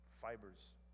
fibers